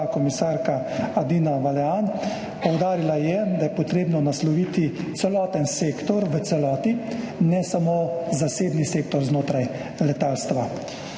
komisarka Adina Vălean, poudarila je, da je potrebno nasloviti celoten sektor v celoti, ne samo zasebni sektor znotraj letalstva.